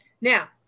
Now